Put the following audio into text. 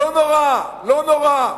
לא נורא, לא נורא,